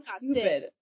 stupid